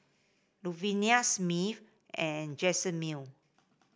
Luvenia Smith and Jazmyne